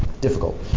difficult